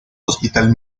hospital